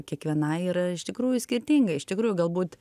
kiekvienai yra iš tikrųjų skirtingai iš tikrųjų galbūt